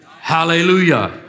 Hallelujah